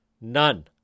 None